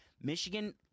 Michigan